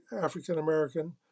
African-American